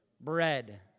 bread